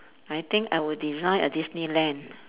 I think I would design a Disneyland